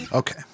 Okay